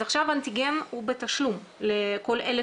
אז עכשיו אנטיגן הוא בתשלום לכל אלה